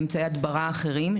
אמצעי הדברה אחרים,